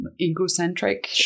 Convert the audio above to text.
egocentric